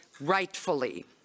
rightfully